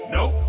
Nope